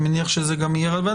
אני מניח שזה גם יהיה רלוונטי,